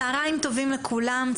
צוהריים טובים לכולם,